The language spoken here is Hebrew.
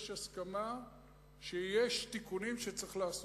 יש הסכמה שיש תיקונים שצריך לעשותם,